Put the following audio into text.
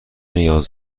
نیاز